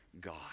God